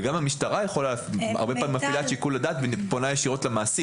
וגם המשטרה הרבה פעמים מפעילה את שיקול הדעת ופונה ישירות למעסיק.